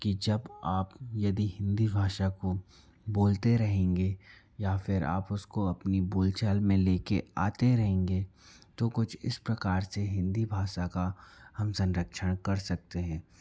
कि जब आप यदि हिंदी भाषा को बोलते रहेंगे या फिर आप उसको अपनी बोलचाल में लेके आते रहेंगे तो कुछ इस प्रकार से हिंदी भाषा का हम संरक्षण कर सकते हैं